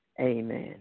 Amen